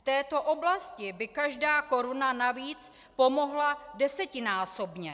V této oblasti by každá koruna navíc pomohla desetinásobně.